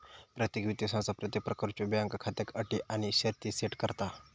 प्रत्येक वित्तीय संस्था प्रत्येक प्रकारच्यो बँक खात्याक अटी आणि शर्ती सेट करता